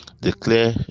declare